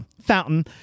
fountain